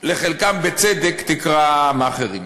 לחלקם בצדק, תקרא מאכערים.